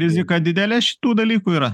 rizika didelė šitų dalykų yra